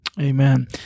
Amen